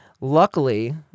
luckily